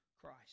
Christ